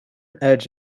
edge